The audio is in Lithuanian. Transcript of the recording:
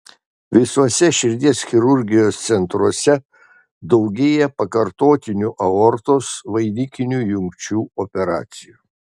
visuose širdies chirurgijos centruose daugėja pakartotinių aortos vainikinių jungčių operacijų